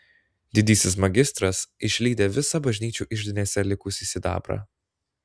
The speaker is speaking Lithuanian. didysis magistras išlydė visą bažnyčių iždinėse likusį sidabrą